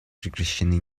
прекращены